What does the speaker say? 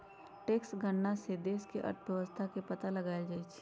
tax गणना से देश के अर्थव्यवस्था के पता लगाएल जाई छई